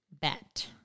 bet